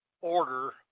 order